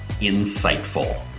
insightful